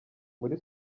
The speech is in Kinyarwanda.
muri